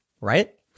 right